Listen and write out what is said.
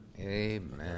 Amen